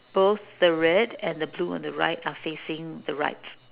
both the red and the blue on the right are facing the right